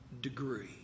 degree